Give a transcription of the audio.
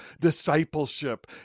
discipleship